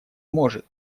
может